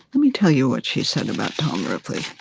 let me tell you what she said about tom ripley.